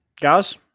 Guys